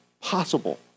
possible